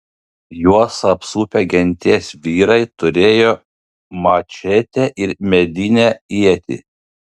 juos apsupę genties vyrai turėjo mačetę ir medinę ietį